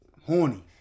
horny